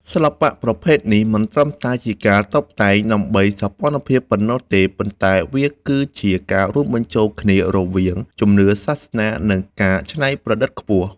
សិល្បៈប្រភេទនេះមិនត្រឹមតែជាការតុបតែងដើម្បីសោភ័ណភាពប៉ុណ្ណោះទេ ប៉ុន្តែវាគឺជាការរួមបញ្ចូលគ្នារវាងជំនឿ សាសនា និងការច្នៃប្រឌិតខ្ពស់។